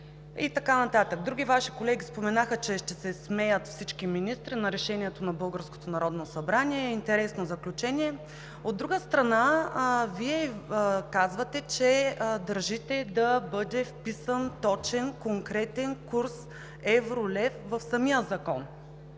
и така нататък. Други Ваши колеги споменаха, че ще се смеят всички министри на решението на българското Народно събрание – интересно заключение. От друга страна, Вие казвате, че държите да бъде вписан точен, конкретен курс евро-лев в самия закон,